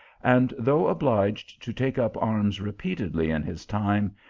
and, though obliged to take up arms repeatedly in his time,